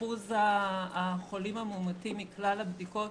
אחוז החולים המאומתים מכלל הבדיקות